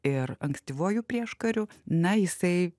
ir ankstyvuoju prieškariu na jisai